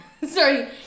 Sorry